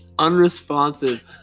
unresponsive